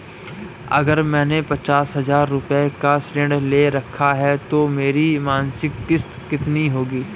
अगर मैंने पचास हज़ार रूपये का ऋण ले रखा है तो मेरी मासिक किश्त कितनी होगी?